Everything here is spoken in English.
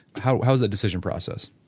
how how was the decision process?